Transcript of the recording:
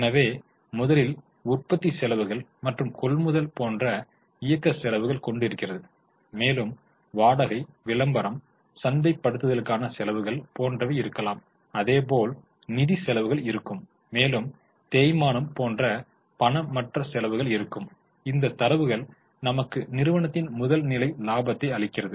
எனவே முதலில் உற்பத்தி செலவுகள் மற்றும் கொள்முதல் போன்ற இயக்கச் செலவுகள் கொண்டு இருக்கிறது மேலும் வாடகை விளம்பரம் சந்தை படுத்தலுக்கான செலவுகள் போன்றவை இருக்கலாம் அதேபோல் நிதிச் செலவுகள் இருக்கும் மேலும் தேய்மானம் போன்ற பண மற்ற செலவுகள் இருக்கும் இந்த தரவுகள் நமக்கு நிறுவனத்தின் முதல் நிலை லாபத்தை அளிக்கிறது